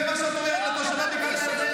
זה מה שאת אומרת לתושבי בקעת הירדן?